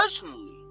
personally